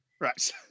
Right